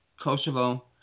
Kosovo